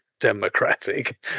democratic